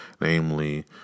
Namely